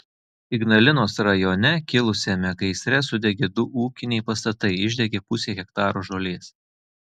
ignalinos rajone kilusiame gaisre sudegė du ūkiniai pastatai išdegė pusė hektaro žolės